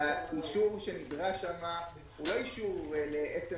שהאישור שנדרש שם הוא לא אישור לעצם